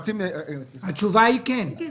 התשובה היא כן.